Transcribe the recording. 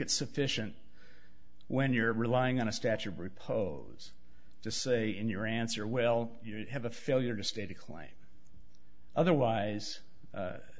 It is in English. it's sufficient when you're relying on a statue of repose to say in your answer well you have a failure to state a claim otherwise